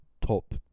top